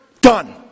done